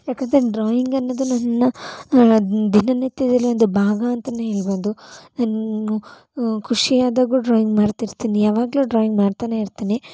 ಯಾಕೆಂದರೆ ಡ್ರಾಯಿಂಗ್ ಅನ್ನೋದು ನನ್ನ ದಿನನಿತ್ಯದಲ್ಲಿ ಒಂದು ಭಾಗ ಅಂತಾನೇ ಹೇಳ್ಬೋದು ನಾನು ಖುಷಿಯಾದಾಗೂ ಡ್ರಾಯಿಂಗ್ ಮಾಡ್ತಿರ್ತೀನಿ ಯಾವಾಗಲೂ ಡ್ರಾಯಿಂಗ್ ಮಾಡ್ತಾನೇ ಇರ್ತೀನಿ